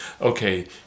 okay